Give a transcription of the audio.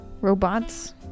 Robots